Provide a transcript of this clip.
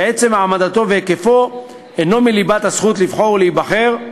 שעצם העמדתו והיקפו אינו מליבת הזכות לבחור ולהיבחר.